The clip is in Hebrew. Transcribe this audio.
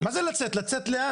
מה זה לצאת, לצאת לאן?